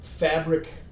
Fabric